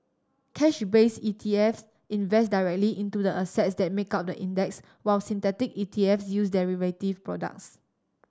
cash base E T F invest directly into the assets that make up the index while synthetic E T F use derivative products